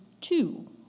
two